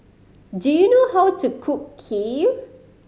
do you know how to cook Kheer